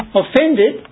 offended